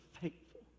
thankful